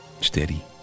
Steady